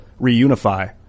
reunify